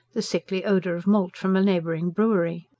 the sickly odour of malt from a neighbouring brewery.